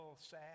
sad